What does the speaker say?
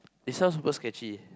it sounds super sketchy